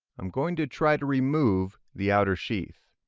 um going to try to remove the outer sheath.